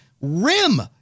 rim